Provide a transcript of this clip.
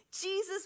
Jesus